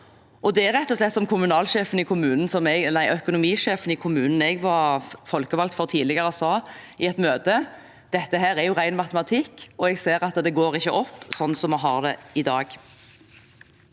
Det er rett og slett slik økonomisjefen i kommunen jeg var folkevalgt for tidligere, sa i et møte: Dette er ren matematikk, og jeg ser at det ikke går opp slik vi har det i dag.